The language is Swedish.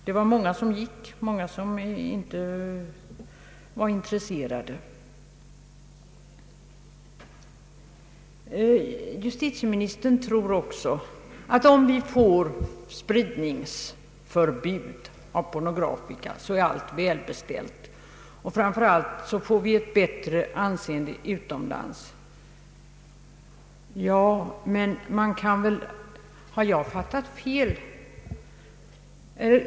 Det var många som gick från teatern, som inte var intresserade. Justitieministern tror också att om vi får spridningsförbud för pornografika, så är allt väl beställt; och framför allt får vi ett bättre anseende utomlands. Men har jag missuppfattat saken?